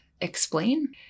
explain